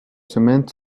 semaines